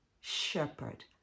Shepherd